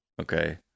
okay